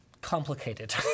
complicated